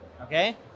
okay